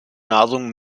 nahrung